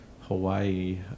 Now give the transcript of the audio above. Hawaii